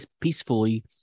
peacefully